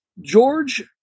George